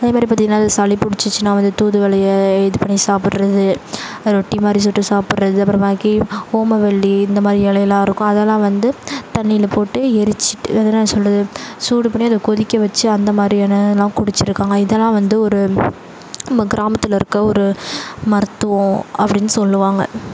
அதே மாதிரி பார்த்திங்கன்னா இது சளி பிடிச்சிச்சின்னா வந்து தூதுவளையை இது பண்ணி சாப்பிட்றது ரொட்டி மாதிரி சுட்டு சாப்பிட்றது அப்புறமாக்கி ஓமவள்ளி இந்த மாதிரி இலையெல்லாம் இருக்கும் அதெல்லாம் வந்து தண்ணியில் போட்டு எரிச்சிட்டு அதை என்ன சொல்வது சூடு பண்ணி அதை கொதிக்க வச்சுஅந்த மாதிரியான இதெல்லாம் குடிச்சுருக்காங்க இதெல்லாம் வந்து ஒரு நம்ம கிராமத்தில் இருக்க ஒரு மருத்துவம் அப்படினு சொல்லுவாங்க